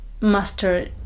master